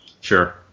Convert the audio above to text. Sure